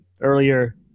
earlier